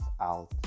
out